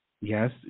Yes